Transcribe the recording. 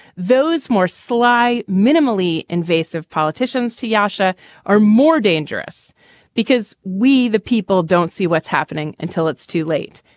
those more sly, minimally invasive politicians to yasha are more dangerous because we, the people don't see what's happening until it's too late.